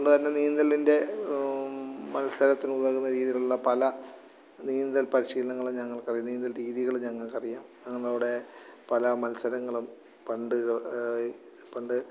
അതുകൊണ്ടുതന്നെ നീന്തലിൻ്റെ മത്സരത്തിനുതകുന്ന രീതിയിലുള്ള പല നീന്തൽ പരിശീലനങ്ങള് ഞങ്ങൾക്കറിയാം നീന്തൽ രീതികള് ഞങ്ങൾക്കറിയാം ഞങ്ങളുടെ പല മത്സരങ്ങളും പണ്ട് പണ്ട്